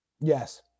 Yes